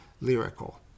lyrical